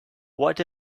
what